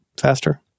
faster